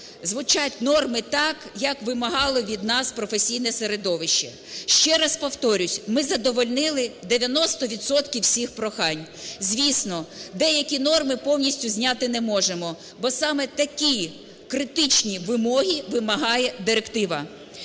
звучать норми так, як вимагало від нас професійне середовище. Ще раз повторюсь: ми задовольнили 90 відсотків всіх прохань. Звісно, деякі норми повністю зняти не можемо, бо саме такі критичні вимоги вимагає директива.